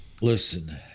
Listen